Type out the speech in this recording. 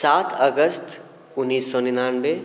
सात अगस्त उन्नीस सए निन्यानबे